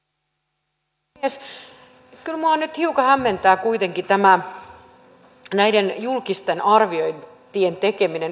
kyllä minua nyt hiukan hämmentää kuitenkin näiden julkisten arviointien tekeminen yli hallituslinjan